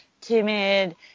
timid